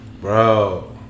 Bro